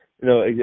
No